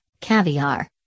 caviar